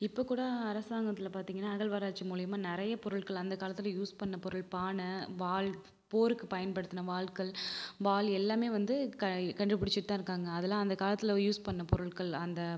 இப்போ கூட அரசாங்கத்தில் பார்த்தீங்கனா அகழ்வாராய்ச்சி மூலிமா நிறைய பொருட்கள் அந்த காலத்தில் யூஸ் பண்ண பொருள் பானை வாள் போருக்கு பயன்படுத்துன வாள்கள் வாள் எல்லாமே வந்து க கண்டுபிடிச்சிட்டு தான் இருக்காங்க அதெல்லாம் அந்த காலத்தில் யூஸ் பண்ணுன பொருட்கள் அந்த